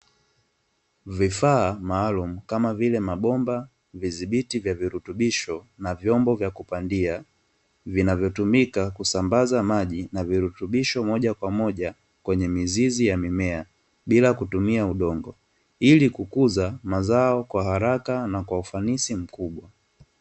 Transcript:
Vifaa maalumu kama vile mabomba, vizibiti vya virutubisho na vyombo vya kupandia vinavyo tumika kusambaza maji na virutubisho moja kwa moja kwenye mizizi ya mimea bila kutumia udongo, ili kukuza mazao na kwa ufanisi mkubwa.